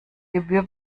gebühr